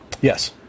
Yes